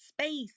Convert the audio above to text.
space